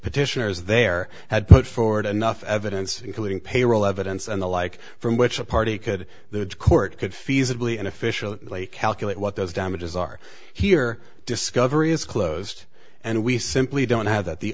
petitioners there had put forward a nuff evidence including payroll evidence and the like from which a party could the court could feasibly an official calculate what those damages are here discovery is closed and we simply don't have that the